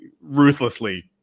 ruthlessly